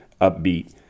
upbeat